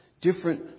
different